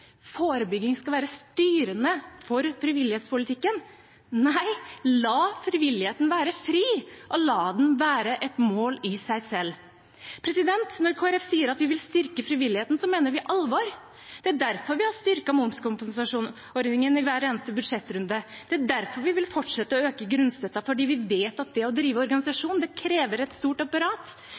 forebygging skal være styrende for frivillighetspolitikken. Nei, la frivilligheten være fri, og la den være et mål i seg selv. Når Kristelig Folkeparti sier at vi vil styrke frivilligheten, mener vi alvor. Det er derfor vi har styrket momskompensasjonsordningen i hver eneste budsjettrunde. Det er derfor vi vil fortsette å øke grunnstøtten, fordi vi vet at det å drive organisasjon krever et stort apparat.